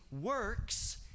works